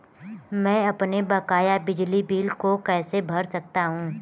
मैं अपने बकाया बिजली बिल को कैसे भर सकता हूँ?